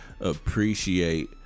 appreciate